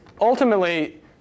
ultimately